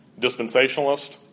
dispensationalist